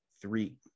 Three